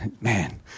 man